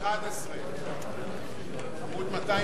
אמור לי.